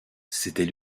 c’était